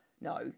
No